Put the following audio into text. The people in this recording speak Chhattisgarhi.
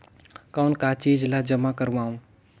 कौन का चीज ला जमा करवाओ?